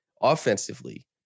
offensively